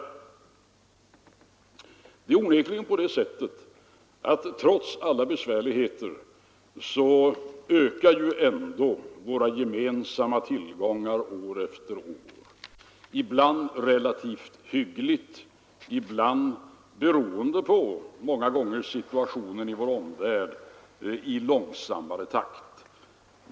Det är onekligen på det sättet att trots alla besvärligheter ökar våra gemensamma tillgångar år efter år, ibland relativt hyggligt, ibland — många gånger beroende på situationen i vår omvärld — i långsammare takt.